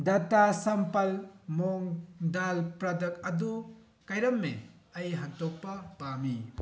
data sample ꯃꯨꯛ ꯗꯥꯜ product ꯑꯗꯨ ꯀꯥꯏꯔꯝꯃꯦ ꯑꯩ ꯍꯟꯗꯣꯛꯄ ꯄꯥꯝꯃꯤ